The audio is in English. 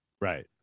Right